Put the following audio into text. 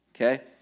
Okay